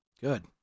Good